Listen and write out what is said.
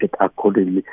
accordingly